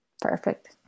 Perfect